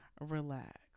relax